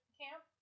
camp